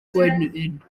gwenyn